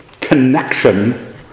connection